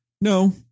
No